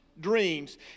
dreams